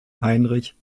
heinrich